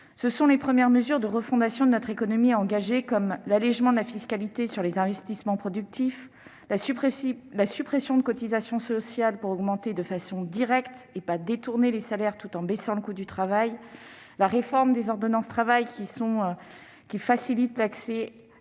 Ce sont des premières mesures de refondation de notre économie qui ont été engagées, comme l'allégement de la fiscalité sur les investissements productifs, la suppression de cotisations sociales afin d'augmenter de façon directe, et non détournée, les salaires tout en baissant le coût du travail, la réforme des ordonnances Travail, qui facilite l'accès